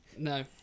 No